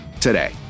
today